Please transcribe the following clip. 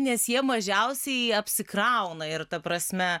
nes jie mažiausiai apsikrauna ir ta prasme